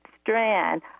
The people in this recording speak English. Strand